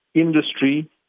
industry